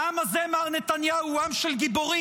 העם הזה, מר נתניהו, הוא עם של גיבורים.